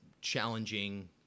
challenging